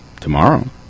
tomorrow